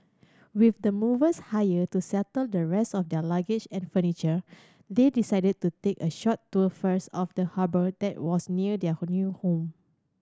with the movers hired to settle the rest of their luggage and furniture they decided to take a short tour first of the harbour that was near their new home